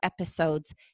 episodes